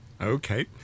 Okay